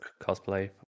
cosplay